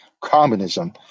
communism